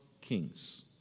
Kings